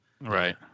Right